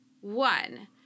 One